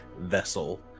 vessel